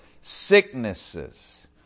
sicknesses